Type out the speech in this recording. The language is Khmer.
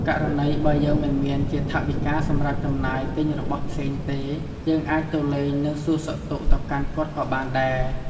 ករណីបើយើងមិនមានជាថវិការសម្រាប់ចំណាយទិញរបស់ផ្សេងទេ យើងអាចទៅលេងនិងសួរសុខទុក្ខទៅកាន់គាត់ក៏បានដែរ។